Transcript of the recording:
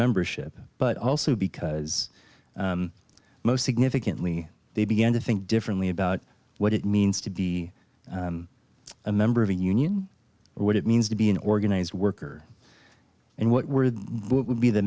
membership but also because most significantly they began to think differently about what it means to be a member of a union or what it means to be an organized worker and what would be the